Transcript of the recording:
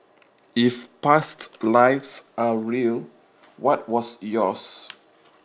if past lives are real what was yours